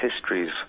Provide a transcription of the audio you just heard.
histories